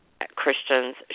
Christians